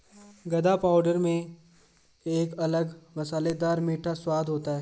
गदा पाउडर में एक अलग मसालेदार मीठा स्वाद होता है